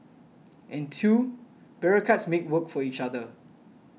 and two bureaucrats make work for each other